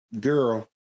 girl